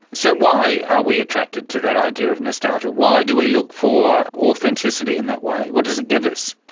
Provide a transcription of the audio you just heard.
so why are we attracted to that idea of nostalgia, why do we look for authenticity in that way, what does it give us?